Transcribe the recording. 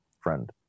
friend